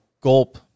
gulp